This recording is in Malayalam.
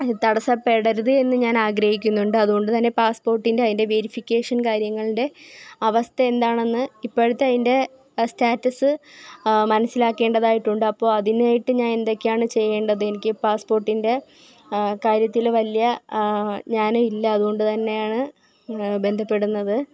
തടസ്സപ്പെടരുത് എന്ന് ഞാൻ ആഗ്രഹിക്കുന്നുണ്ട് അതുകൊണ്ടുതന്നെ പാസ്സ്പോർട്ടിൻ്റെ അതിൻ്റെ വേരിഫിക്കേഷൻ കാര്യങ്ങളുടെ അവസ്ഥ എന്താണെന്ന് ഇപ്പോഴത്തെ അതിൻ്റെ സ്റ്റാറ്റസ് മനസ്സിലാക്കേണ്ടതായിട്ടുണ്ട് അപ്പോൾ അതിനായിട്ട് ഞാൻ എന്തൊക്കെയാണ് ചെയ്യേണ്ടത് എനിക്ക് പാസ്സ്പോർട്ടിൻ്റെ കാര്യത്തിൽ വലിയ ജ്ഞാനമില്ല അതുകൊണ്ടു തന്നെയാണ് ബന്ധപ്പെടുന്നത്